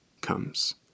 comes